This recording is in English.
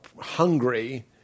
Hungry